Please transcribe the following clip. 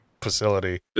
facility